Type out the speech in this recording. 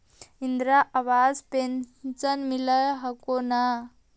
Indira Awas pension मिल हको ने?